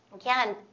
again